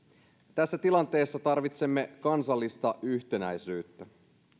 tässä tilanteessa tarvitsemme kansallista yhtenäisyyttä